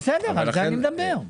על זה אני מדבר.